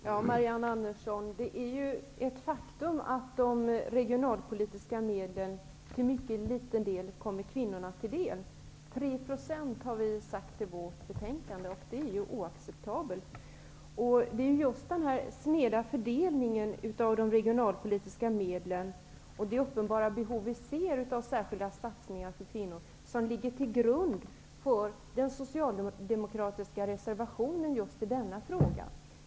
Herr talman! Det är ett faktum, Marianne Andersson, att de regionalpolitiska medlen i mycket liten utsträckning kommer kvinnorna till del -- 3 % har vi sagt i betänkandet. Det är oacceptabelt. Det är just den sneda fördelningen av de regionalpolitiska medlen och de uppenbara behov som finns av särskilda insatser för kvinnor som ligger till grund för den socialdemokratiska reservationen i denna fråga.